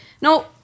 No